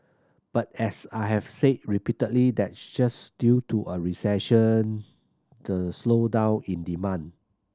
but as I have said repeatedly that's just due to a recession the slowdown in demand